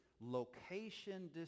location